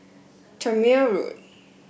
Tangmere Road